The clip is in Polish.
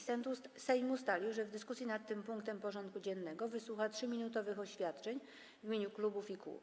Sejm ustalił, że w dyskusji nad tym punktem porządku dziennego wysłucha 3-minutowych oświadczeń w imieniu klubów i kół.